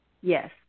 Yes